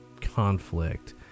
conflict